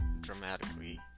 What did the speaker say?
dramatically